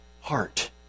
heart